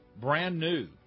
brand-new